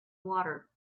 water